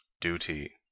duty